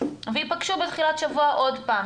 וייפגשו בתחילת שבוע עוד פעם.